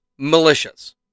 militias